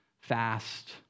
fast